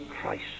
Christ